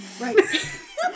Right